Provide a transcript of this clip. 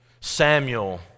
Samuel